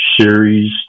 series